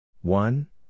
one